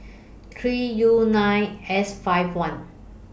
three U nine S five one